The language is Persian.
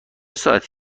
ساعتی